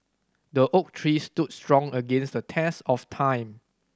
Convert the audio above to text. the oak tree stood strong against the test of time